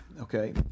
okay